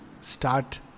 start